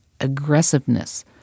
aggressiveness